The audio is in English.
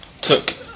took